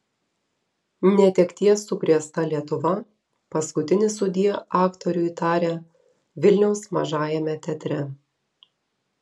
netekties sukrėsta lietuva paskutinį sudie aktoriui tarė vilniaus mažajame teatre